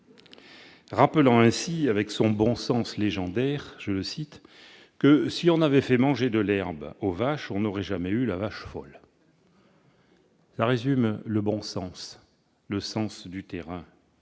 rappelant ainsi avec son bon sens légendaire que « si l'on avait fait manger de l'herbe aux vaches, on n'aurait jamais eu la vache folle. » Cela résume le bon sens, le sens du terrain